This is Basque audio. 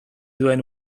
duen